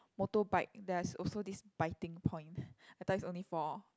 motorbike there's also this biting point I thought it's only for